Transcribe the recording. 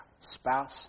spouse